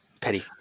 Petty